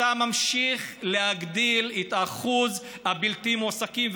ואתה ממשיך להגדיל את שיעור הבלתי-מועסקים.